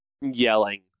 yelling